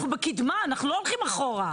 אנחנו בקידמה אנחנו לא הולכים אחורה.